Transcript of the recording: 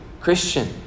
Christian